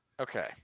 Okay